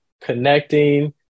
connecting